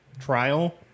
trial